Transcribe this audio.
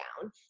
down